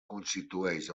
constitueix